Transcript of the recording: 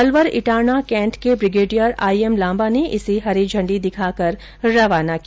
Alwar Itarana cantt के brigadier I M Lamba ने इसे हरी झंडी दिखाकर रवाना किया